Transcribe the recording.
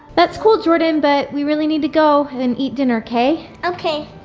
that's cool jordan, but we really need to go and eat dinner, kay? okay.